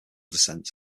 descent